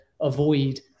avoid